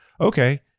okay